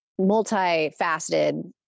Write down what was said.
multifaceted